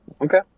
Okay